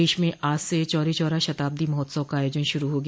प्रदेश में आज से चौरो चौरा शताब्दी महोत्सव का आयोजन शुरू हो गया